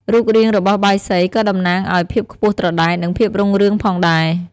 រូបរាងរបស់បាយសីក៏តំណាងឲ្យ ភាពខ្ពស់ត្រដែត និង ភាពរុងរឿង ផងដែរ។